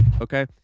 okay